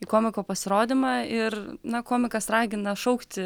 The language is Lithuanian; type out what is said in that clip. į komiko pasirodymą ir na komikas ragina šaukti